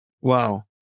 Wow